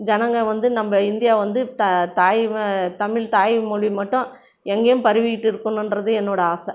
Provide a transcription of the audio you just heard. ஜனங்கள் வந்து நம்ம இந்தியாவை வந்து த தாய் தமிழ் தாய்மொழி மட்டும் எங்கேயும் பரவிகிட்டு இருக்கணுன்றது என்னோடய ஆசை